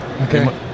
Okay